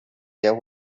sehr